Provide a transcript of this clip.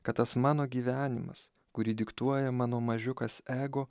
kad tas mano gyvenimas kurį diktuoja mano mažiukas ego